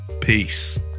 Peace